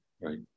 right